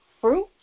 fruit